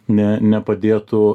ne nepadėtų